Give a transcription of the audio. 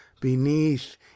Beneath